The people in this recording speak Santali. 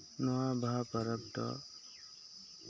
ᱱᱚᱣᱟ ᱵᱟᱦᱟ ᱯᱚᱨᱚᱵᱽ ᱫᱚ